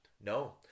No